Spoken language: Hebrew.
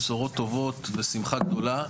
בשורות טובות ושמחה גדולה וכולם,